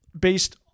based